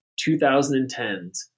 2010s